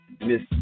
Miss